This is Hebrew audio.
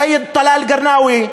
את סייד טלאל אלקרינאוי.